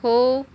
हो